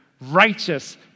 righteous